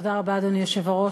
אדוני היושב-ראש,